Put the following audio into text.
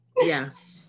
Yes